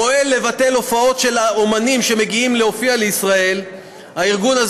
ופועל לבטל הופעות של אומנים שמגיע לישראל להופיע.